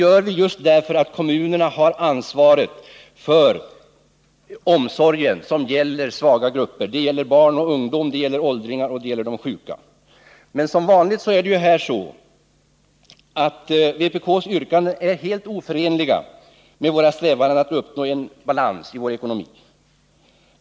Anledningen härtill är att kommunerna har ansvaret för omsorger avseende svaga grupper som barn och ungdom, åldringar och sjuka. Men som vanligt är vpk:s yrkanden helt oförenliga med våra strävanden att uppnå balans i ekonomin.